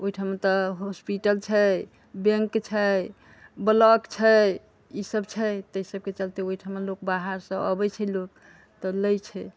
ओहिठाम तऽ हॉस्पिटल छै बैंक छै ब्लॉक छै इसभ छै तेहि सभके चलते ओहिठाम लोक बाहरसँ अबै छै लोक तऽ लै छै